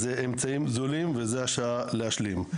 אלה אמצעים זולים וזאת השעה להשלים.